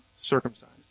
circumcised